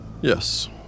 Yes